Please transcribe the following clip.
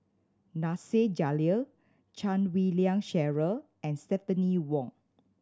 Nasir Jalil Chan Wei Ling Cheryl and Stephanie Wong